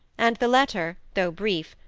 and the letter, though brief,